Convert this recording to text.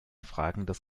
fragendes